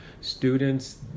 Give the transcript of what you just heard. students